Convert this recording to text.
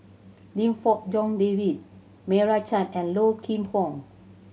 Lim Fong Jock David Meira Chand and Low Kim Pong